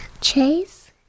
Chase